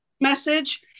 message